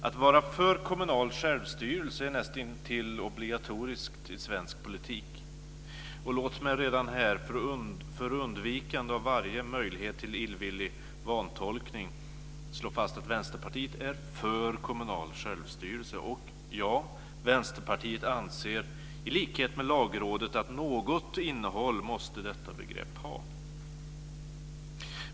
Att vara för kommunal självstyrelse är näst intill obligatoriskt i svensk politik. Låt mig redan här - för undvikande av varje möjlighet till illvillig vantolkning - slå fast att Vänsterpartiet är för kommunal självstyrelse och att Vänsterpartiet i likhet med Lagrådet anser att något innehåll måste detta begrepp ha.